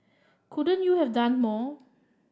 couldn't you have done more